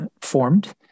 formed